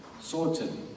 sorted